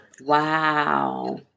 Wow